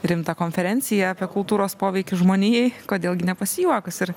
rimtą konferenciją apie kultūros poveikį žmonijai kodėl gi nepasijuokus ir